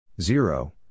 zero